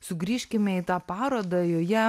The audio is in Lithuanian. sugrįžkime į tą parodą joje